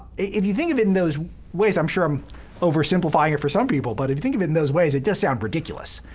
if you think of it in those ways i'm sure i'm oversimplifying it for some people, but if you think about it in those ways, it does sound ridiculous.